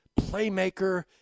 playmaker